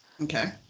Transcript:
okay